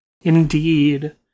indeed